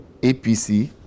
APC